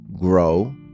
grow